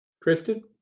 Kristen